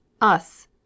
Us